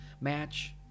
match